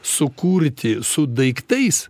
sukurti su daiktais